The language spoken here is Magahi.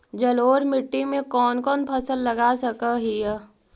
जलोढ़ मिट्टी में कौन कौन फसल लगा सक हिय?